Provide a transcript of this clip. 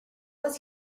was